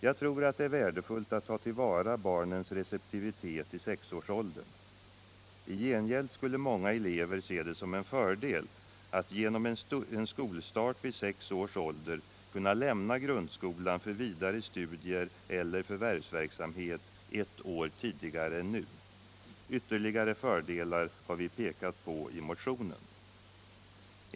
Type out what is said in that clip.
Jag tror att det är värdefullt att ta till vara barnens receptivitet i sexårsåldern. I gengäld skulle många elever se det som en fördel att, genom en skolstart vid sex års ålder, kunna lämna grundskolan för vidare studier eller förvärvsverksamhet ett år tidigare än nu. Ytterligare fördelar har vi pekat på i motionen.